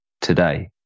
today